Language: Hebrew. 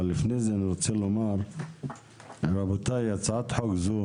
אבל לפני כן אני רוצה לומר שהצעת חוק זו